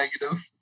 negative